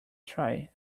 try